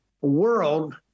world